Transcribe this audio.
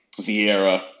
Vieira